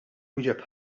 wieġeb